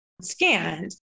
scanned